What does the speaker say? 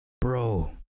Bro